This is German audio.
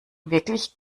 wirklich